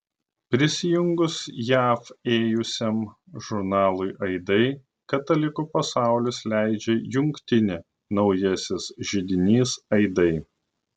prisijungus jav ėjusiam žurnalui aidai katalikų pasaulis leidžia jungtinį naujasis židinys aidai